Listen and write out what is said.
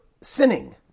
sinning